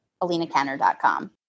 alinacanner.com